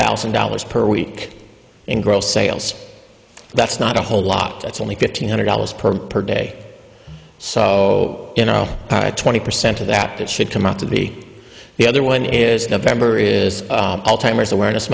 thousand dollars per week in gross sales that's not a whole lot it's only fifteen hundred dollars per per day so you know twenty percent of that that should come out to be the other one is november is awareness